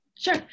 Sure